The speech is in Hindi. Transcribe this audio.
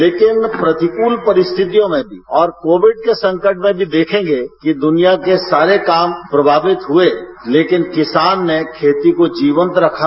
लेकिन प्रतिकूल परिस्थितियों में भी और कोविड के संकट में भी देखेंगे कि दुनिया के सारे काम प्रभावित हुए लेकिन किसान ने खेती को जीवंत रखा